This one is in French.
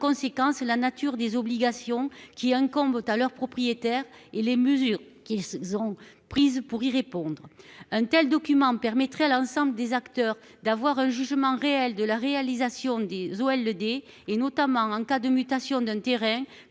la nature des obligations qui incombent à leurs propriétaires et les mesures qu'ils ont prises pour y répondre. Un tel document permettrait à l'ensemble des acteurs d'avoir la preuve de la réalisation des OLD, notamment en cas de mutation d'un terrain.